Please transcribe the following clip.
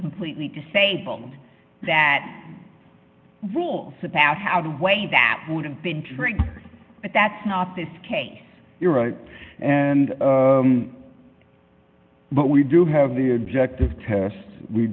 completely disabled that rules about how the way that would have been treated but that's not this case you're right and but we do have the objective tests we